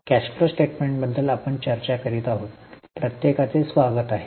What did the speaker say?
cash flow स्टेटमेंटबद्दल आपण चर्चा करीत आहोत प्रत्येकाचे स्वागत आहे